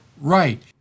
right